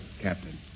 captain